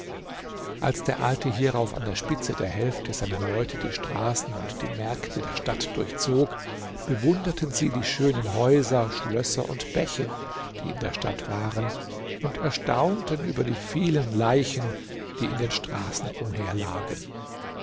als der alte hierauf an der spitze der hälfte seiner leute die straßen und die märkte der stadt durchzog bewunderten sie die schönen häuser schlösser und bäche die in der stadt waren und erstaunten über die vielen leichen die in den straßen umherlagen